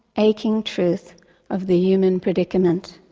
aching truth of the human predicament.